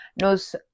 knows